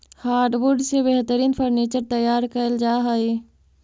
hardwood से बेहतरीन furniture तैयार कैल जा हइ